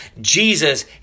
Jesus